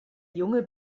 junge